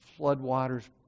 floodwaters